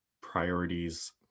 priorities